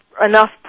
enough